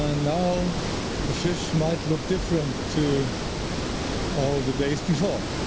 ah now the fish might look different to all the days before.